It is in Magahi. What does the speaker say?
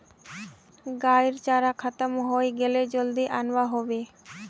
गाइर चारा खत्म हइ गेले जल्दी अनवा ह बे